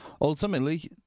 ultimately